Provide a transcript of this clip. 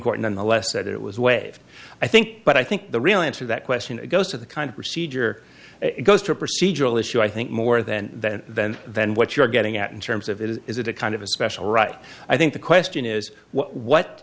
court nonetheless said it was waived i think but i think the real answer that question goes to the kind of procedure it goes to a procedural issue i think more than than than than what you're getting at in terms of it is is it a kind of a special right i think the question is what